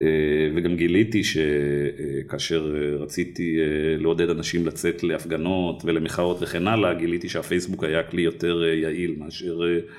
וגם גיליתי שכאשר רציתי לעודד אנשים לצאת להפגנות ולמחאות וכן הלאה, גיליתי שהפייסבוק היה כלי יותר יעיל מאשר